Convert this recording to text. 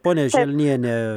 ponia želniene